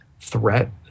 threat